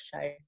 show